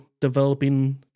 developing